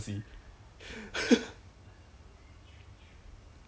对 lor 对 lor ya never ru~ never run out of topic to talk about [one]